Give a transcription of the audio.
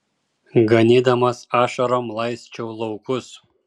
ganydamas ašarom laisčiau laukus